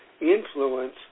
influence